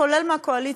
כולל מהקואליציה,